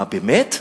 מה, באמת?